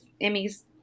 Emmy's